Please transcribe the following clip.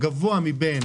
הגבוה מבין